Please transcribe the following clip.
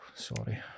Sorry